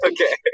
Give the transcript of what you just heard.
Okay